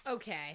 Okay